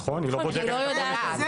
נכון, היא לא בודקת את הפוליסה.